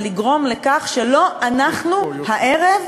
ולגרום לכך שלא אנחנו הערב,